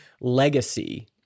legacy